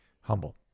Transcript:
humble